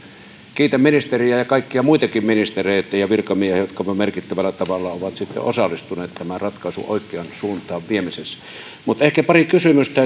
kiitän ministeriä ja ja kaikkia muitakin ministereitä ja virkamiehiä jotka merkittävällä tavalla ovat osallistuneet tämän ratkaisun oikeaan suuntaan viemisessä mutta ehkä pari kysymystä